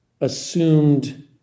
assumed